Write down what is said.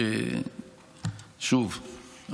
שוב,